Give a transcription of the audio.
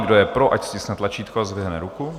Kdo je pro, ať stiskne tlačítko a zdvihne ruku.